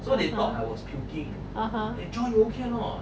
(uh huh) (uh huh)